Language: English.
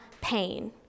pain